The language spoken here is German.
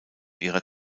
ihrer